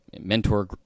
mentor